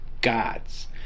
God's